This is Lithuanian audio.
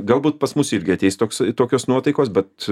galbūt pas mus irgi ateis toks tokios nuotaikos bet